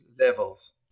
levels